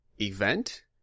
event